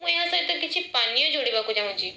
ମୁଁ ଏହା ସହିତ କିଛି ପାନୀୟ ଯୋଡ଼ିବାକୁ ଚାହୁଁଛି